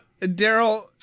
Daryl